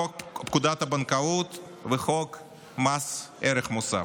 חוק פקודת הבנקאות וחוק מס ערך מוסף.